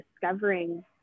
discovering